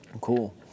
Cool